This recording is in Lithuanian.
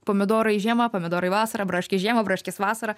pomidorai žiemą pomidorai vasarą braškės žiemą braškės vasarą